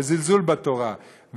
לזלזול בתורה,